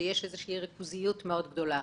שיש איזו שהיא ריכוזיות מאוד גדולה,